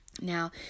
Now